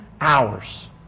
hours